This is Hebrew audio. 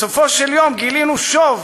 בסופו של דבר גילינו שוב,